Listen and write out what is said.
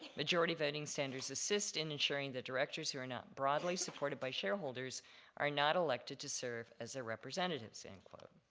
majority voting standards assist in ensuring that directors who are not broadly supported by shareholders are not elected to serve as their representatives, end quote.